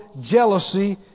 jealousy